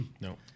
no